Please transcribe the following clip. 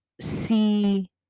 see